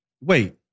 Wait